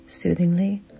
soothingly